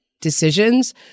decisions